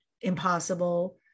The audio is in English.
impossible